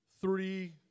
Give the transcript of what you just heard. three